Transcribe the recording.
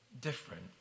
different